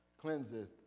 cleanseth